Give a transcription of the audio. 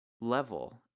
level